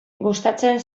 gustatzen